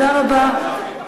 זה גם בתיאום עם היושב-ראש החדש.